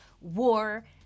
war